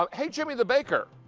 um hey, jimmy the baker,